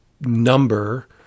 number